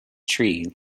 tree